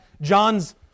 John's